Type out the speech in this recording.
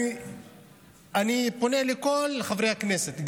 אני פונה לכל חברי הכנסת,